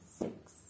six